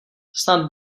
snad